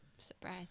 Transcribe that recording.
Surprise